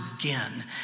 again